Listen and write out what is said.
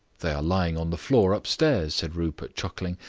they are lying on the floor upstairs, said rupert, chuckling.